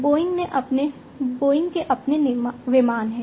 Boeing के अपने विमान हैं